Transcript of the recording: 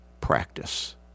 practice